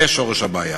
זה שורש הבעיה.